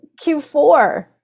Q4